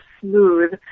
smooth